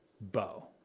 bow